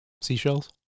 seashells